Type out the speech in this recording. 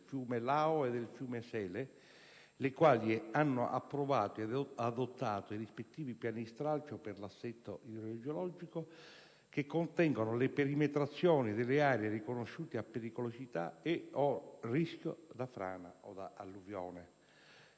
del Fiume Lao e del Fiume Sele, le quali hanno approvato e adottato i rispettivi Piani stralcio per l'assetto idrogeologico (PAI) che contengono le perimetrazioni delle aree riconosciute a pericolosità e/o rischio da frana o da alluvione.